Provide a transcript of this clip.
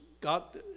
got